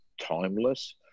timeless